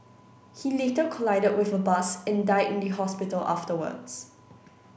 he later collided with a bus and died in the hospital afterwards